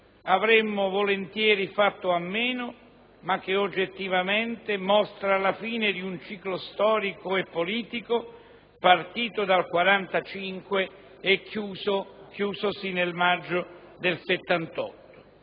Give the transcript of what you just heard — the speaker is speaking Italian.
avremmo volentieri fatto a meno, ma che oggettivamente mostra la fine di un ciclo storico e politico, partito dal 1945 e chiusosi nel maggio del 1978.